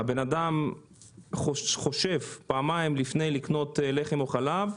בן אדם חושב פעמיים לפני שהוא קונה לחם או חלב,